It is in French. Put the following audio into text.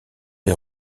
les